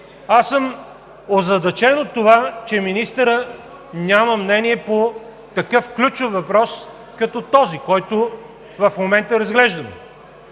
Аз съм озадачен от това, че министърът няма мнение по такъв ключов въпрос, като този, който в момента разглеждаме.